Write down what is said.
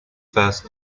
first